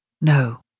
No